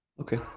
Okay